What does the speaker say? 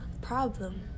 problem